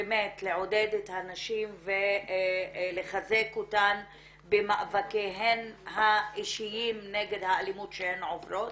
לעודד את הנשים ולחזק אותן במאבקיהן האישיים נגד האלימות שהן עוברות.